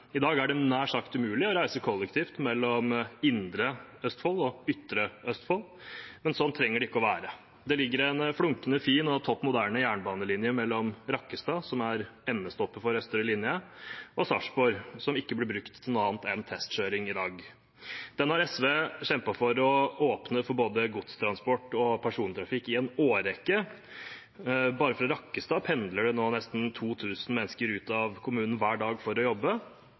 I dag er det nær sagt umulig å reise kollektivt mellom indre og ytre Østfold. Sånn trenger det ikke å være. Det ligger en flunkende ny, fin og toppmoderne jernbanelinje mellom Rakkestad, som er endestoppet for østre linje, og Sarpsborg, som ikke blir brukt til noe annet enn testkjøring i dag. Den har SV i en årrekke kjempet for å åpne for både godstransport og persontrafikk. Bare fra Rakkestad pendler det nå nesten 2 000 mennesker ut av kommunen hver dag for å jobbe.